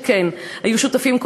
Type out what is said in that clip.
שכן היו שותפים,